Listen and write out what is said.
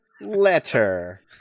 Letter